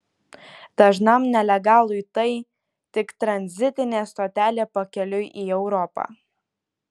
dažnam nelegalui tai tik tranzitinė stotelė pakeliui į europą